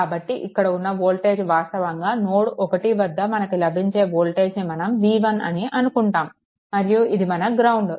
కాబట్టి ఇక్కడ ఉన్న వోల్టేజ్ వాస్తవంగా నోడ్1 వద్ద మనకు లభించే వోల్టేజ్ని మనం V1 అని అనుకుంటాము మరియు ఇది మన గ్రౌండ్